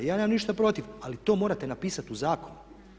Ja nemam ništa protiv, ali to morate napisati u zakonu.